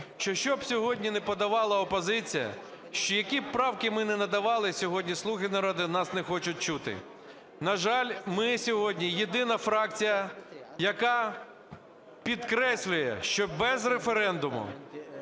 щоб сьогодні не подавала опозиція чи які правки ми не надавали сьогодні, "слуги народу" нас не хочуть чути. На жаль, ми сьогодні єдина фракція, яка підкреслює, що без референдуму,